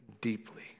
deeply